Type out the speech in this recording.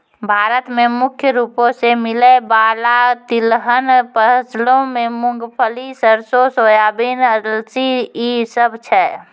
भारत मे मुख्य रूपो से मिलै बाला तिलहन फसलो मे मूंगफली, सरसो, सोयाबीन, अलसी इ सभ छै